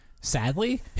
sadly